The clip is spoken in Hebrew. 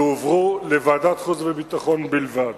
הם יועברו לוועדת החוץ והביטחון בלבד.